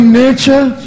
nature